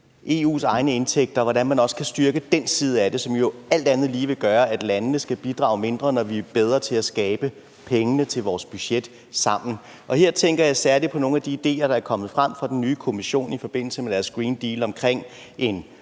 EU's egne indtægter, altså hvordan man også kan styrke den side af det, som jo alt andet lige vil gøre, at landene skal bidrage mindre, fordi vi er bedre til at skabe pengene til vores budget sammen. Her tænker jeg særlig på nogle af de ideer, der er kommet frem fra den nye Kommission i forbindelse med deres European Green Deal omkring en